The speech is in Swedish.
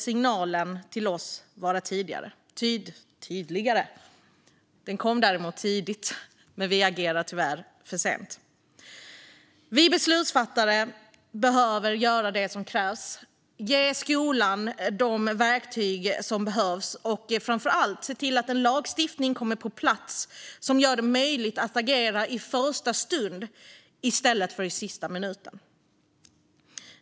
Signalen till oss - den kom tidigt, men vi agerade tyvärr för sent - kan inte vara tydligare. Vi beslutsfattare behöver göra det som krävs: ge skolan de verktyg som behövs. Vi behöver framför allt se till att det kommer en lagstiftning på plats som gör det möjligt att agera från första stund i stället för i sista minuten.